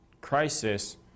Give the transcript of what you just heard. crisis